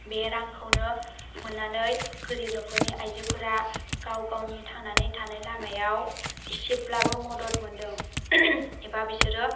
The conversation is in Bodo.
बे रांखौनो मोन्नानै गोरिब न'खरनि आइजोफोरा गाव गावनि थांनानै थानाय लामायाव इसेब्लाबो मदद मोनदों एबा बिसोरो